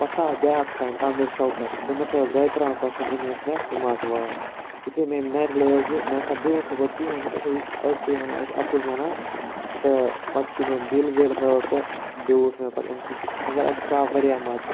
پَتہِ ہَسا آو بیاکھ فرنڈ آمِر شوکَت أمۍ ہَسا ٲسۍ دۄیِہ ترٕٛہن ساسَن أنۍ مٕژ مےٚ سماٹ واچ یُتھے مےٚ امۍ نَرِ لٲج یہِ مےٚ ہَسا بیوٹھ نہٕ گۄڈٕ کِہیٖنۍ مےٚ دوٚپ ہے یہِ چھُ ٲکھتٕے وَنان یہِ چھُ اَپُز وَنان تہٕ پَتہِ یُتھے مےٚ أمۍ بِل وِل ہٲو تہٕ بیوٗٹھ مےٚ پَتہِ أمۍ سُنٛد تہٕ مَگَر اَسہِ ہَسا آو واریاہ مَزٕ